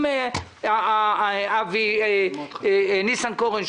עם אבי ניסנקורן,